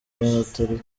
n’abatari